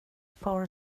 par